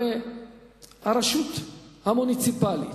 הרי הרשות המוניציפלית,